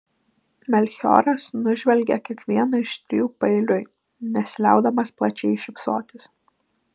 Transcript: melchioras nužvelgė kiekvieną iš trijų paeiliui nesiliaudamas plačiai šypsotis